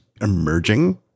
emerging